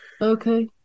Okay